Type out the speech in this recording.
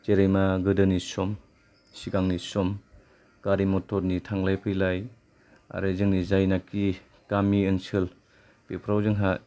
जेरै मा गोदोनि सम सिगांनि सम गारि मटरनि थांलाय फैलाय आरो जोंनि जायनाखि गामि ओनसोल बेफोराव जोंहा